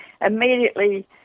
immediately